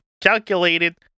calculated